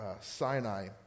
Sinai